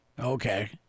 Okay